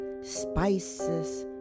spices